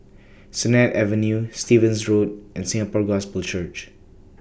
Sennett Avenue Stevens Road and Singapore Gospel Church